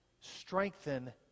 strengthen